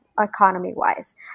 economy-wise